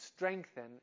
strengthen